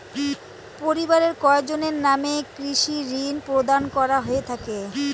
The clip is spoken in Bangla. পরিবারের কয়জনের নামে কৃষি ঋণ প্রদান করা হয়ে থাকে?